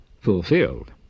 fulfilled